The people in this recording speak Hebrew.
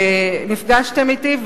נפגשתם אתי,